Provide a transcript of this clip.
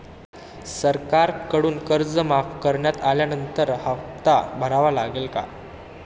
सरकारकडून कर्ज माफ करण्यात आल्यानंतर हप्ता भरावा लागेल का?